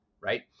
right